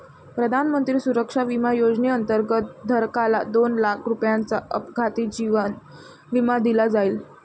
प्रधानमंत्री सुरक्षा विमा योजनेअंतर्गत, धारकाला दोन लाख रुपयांचा अपघाती जीवन विमा दिला जाईल